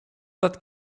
that